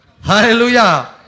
Hallelujah